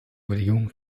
überlegungen